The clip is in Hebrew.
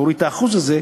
תוריד את ה-1% הזה,